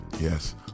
Yes